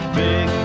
big